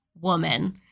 woman